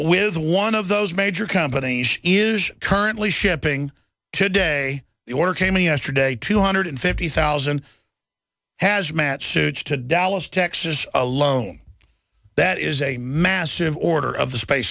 with one of those major companies is currently shipping today the order came in yesterday two hundred fifty thousand hazmat suits to dallas texas alone that is a massive order of the space